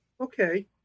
okay